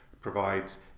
provides